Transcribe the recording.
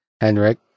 Henrik